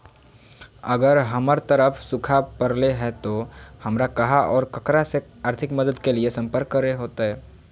अगर हमर तरफ सुखा परले है तो, हमरा कहा और ककरा से आर्थिक मदद के लिए सम्पर्क करे होतय?